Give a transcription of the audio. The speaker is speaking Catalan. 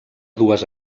dues